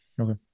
okay